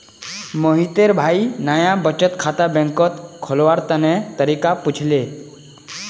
मोहितेर भाई नाया बचत खाता बैंकत खोलवार तने तरीका पुछले